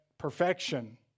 perfection